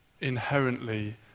inherently